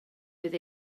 fydd